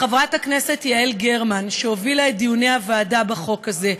לחברת הכנסת יעל גרמן שהובילה את דיוני הוועדה בחוק הזה,